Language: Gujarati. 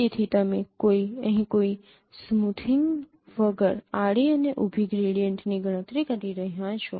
તેથી તમે અહીં કોઈ સ્મૂથીન્ગ વગર આડી અને ઊભી ગ્રેડિયન્ટની ગણતરી કરી રહ્યા છો